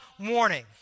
warning